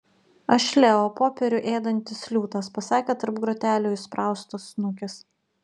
aš leo popierių ėdantis liūtas pasakė tarp grotelių įspraustas snukis